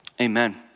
amen